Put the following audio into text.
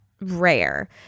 rare